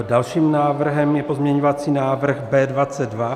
Dalším návrhem je pozměňovací návrh B22.